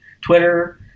Twitter